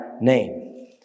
name